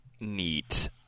neat